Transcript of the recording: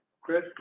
Chris